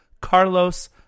Carlos